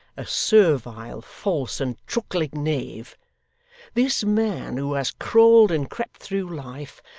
a servile, false, and truckling knave this man, who has crawled and crept through life,